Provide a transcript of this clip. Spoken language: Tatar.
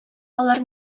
алар